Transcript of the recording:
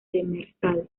demersal